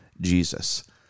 Jesus